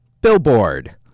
Billboard